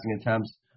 attempts